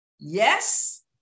Yes